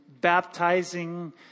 baptizing